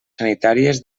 sanitàries